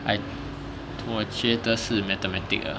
like 我觉得是 mathematic ah